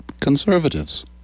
conservatives